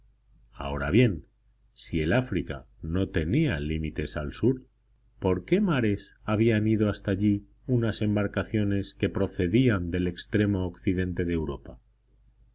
ahora bien si el áfrica no tenía límites al sur por qué mares habían ido hasta allí unas embarcaciones que procedían del extremo occidente de europa